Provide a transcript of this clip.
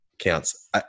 Counts